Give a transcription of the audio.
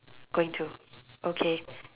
going to okay